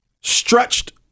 stretched